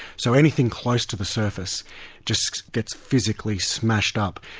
so anything close to the surface just gets physically smashed up.